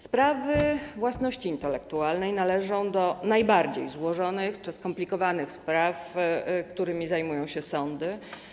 Sprawy własności intelektualnej należą do najbardziej złożonych czy skomplikowanych spraw, którymi zajmują się sądy.